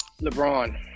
lebron